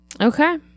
Okay